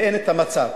ואין כזה מצב.